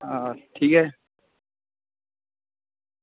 हां ठीक ऐ